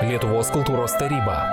lietuvos kultūros taryba